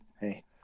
Hey